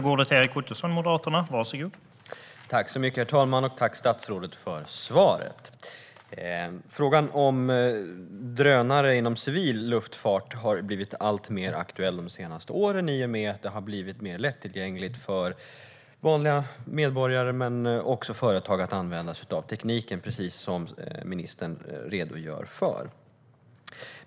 Herr talman! Tack, statsrådet, för svaret! Frågan om drönare inom civil luftfart har blivit alltmer aktuell de senaste åren i och med att det har blivit mer lättillgängligt för vanliga medborgare men också för företag att använda sig av tekniken, precis som ministern redogör för.